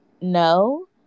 no